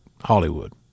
Hollywood